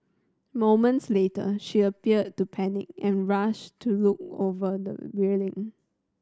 moments later she appeared to panic and rushed to look over the railing